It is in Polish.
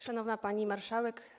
Szanowna Pani Marszałek!